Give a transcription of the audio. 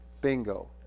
Bingo